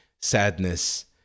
sadness